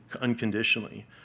unconditionally